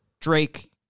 Drake